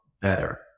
better